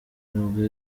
n’ubwo